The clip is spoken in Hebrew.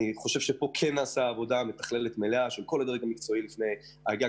אני חושב שנעשתה עבודה של כל הדרג המקצועי שכלל